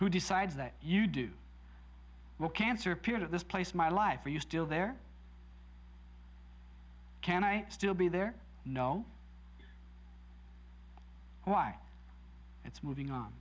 who decides that you do what cancer appears at this place in my life are you still there can i still be there know why it's moving on